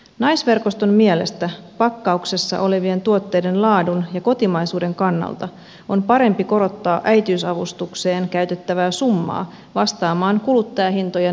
naisverkoston mielestä pakkauksessa olevien tuotteiden laadun ja kotimaisuuden kannalta on parempi korottaa äitiysavustukseen käytettävää summaa vastaamaan kuluttajahintojen nousua